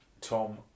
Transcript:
tom